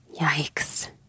Yikes